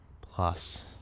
Plus